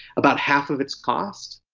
about half of its cost.